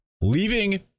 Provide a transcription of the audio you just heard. Leaving